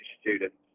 students